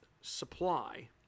supply